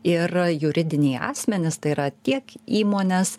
ir juridiniai asmenys tai yra tiek įmonės